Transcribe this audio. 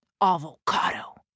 avocado